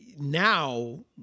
Now